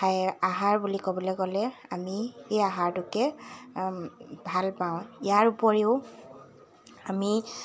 আহাৰ বুলি ক'বলৈ গ'লে আমি এই আহাৰটোকে ভাল পাওঁ ইয়াৰ উপৰিও আমি